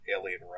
alien